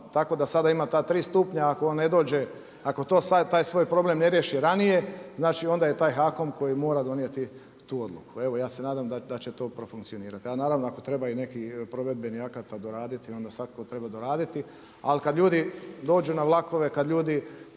tako da sada ima ta tri stupnja. A ako ne dođe, ako taj svoj problem ne riješi ranije, znači onda je taj HAKOM koji mora donijeti tu odluku. Evo ja se nadam da će to profunkcionirati. Ali naravno ako treba i nekih provedbenih akata doraditi onda svakako treba doraditi. Ali kada ljudi dođu na vlakove, kada ljudi